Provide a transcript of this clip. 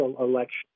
election